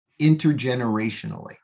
intergenerationally